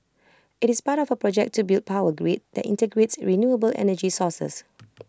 IT is part of project to build power grid that integrates renewable energy sources